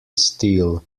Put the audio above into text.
steel